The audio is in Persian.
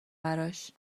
براش